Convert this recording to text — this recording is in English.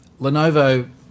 Lenovo